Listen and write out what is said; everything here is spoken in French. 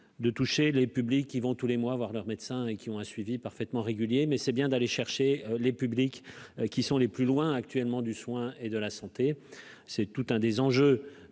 De toucher les publics qui vont tous les mois, à voir leur médecin et qui ont un suivi parfaitement réguliers, mais c'est bien d'aller chercher les publics qui sont les plus loin actuellement du soin et de la santé, c'est tout un des enjeux